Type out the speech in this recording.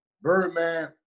Birdman